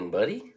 buddy